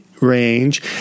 range